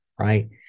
right